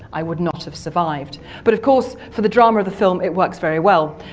i would not have survived but, of course, for the drama of the film it works very well.